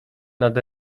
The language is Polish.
nad